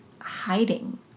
hiding